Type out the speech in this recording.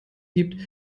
gibt